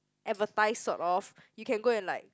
advertise sort of you can go and like